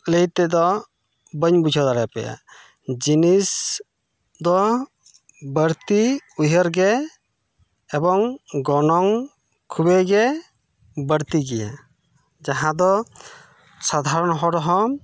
ᱞᱟᱹᱭᱛᱮᱫᱚ ᱵᱟᱹᱧ ᱵᱩᱡᱷᱟᱹᱣ ᱫᱟᱲᱮᱭᱟᱯᱮᱭᱟ ᱡᱤᱱᱤᱥ ᱫᱚ ᱵᱟᱹᱲᱛᱤ ᱩᱭᱦᱟᱹᱨ ᱜᱮ ᱮᱵᱚᱝ ᱜᱚᱱᱚᱝ ᱠᱷᱩᱵᱮᱭ ᱜᱮ ᱵᱟᱹᱲᱛᱤ ᱜᱮᱭᱟ ᱡᱟᱦᱟᱸ ᱫᱚ ᱥᱟᱫᱷᱟᱨᱚᱱ ᱦᱚᱲ ᱦᱚᱸ